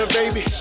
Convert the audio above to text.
baby